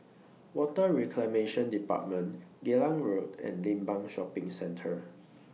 Water Reclamation department Geylang Road and Limbang Shopping Centre